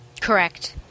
Correct